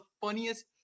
funniest